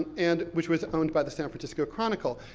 and, which was owned by the san francisco chronicle.